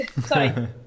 sorry